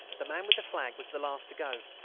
the man with the flag was the last to go,